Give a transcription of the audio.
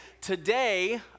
today